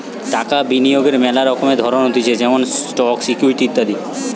টাকা বিনিয়োগের মেলা রকমের ধরণ হতিছে যেমন স্টকস, ইকুইটি ইত্যাদি